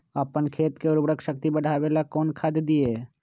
अपन खेत के उर्वरक शक्ति बढावेला कौन खाद दीये?